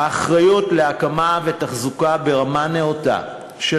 האחריות להקמה ותחזוקה ברמה נאותה של